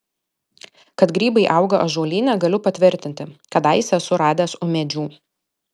kad grybai auga ąžuolyne galiu patvirtinti kadaise esu radęs ūmėdžių